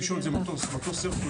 שמשון זה מטוס הרקולס.